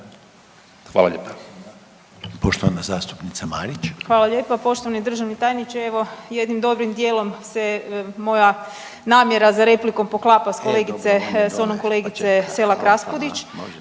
Marić. **Marić, Andreja (SDP)** Hvala lijepa. Poštovani državni tajniče. Evo jednim dobrim dijelom se moja namjera za replikom poklapa s onom kolegice Selak Raspudić